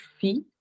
fee